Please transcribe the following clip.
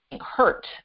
hurt